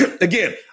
Again